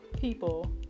people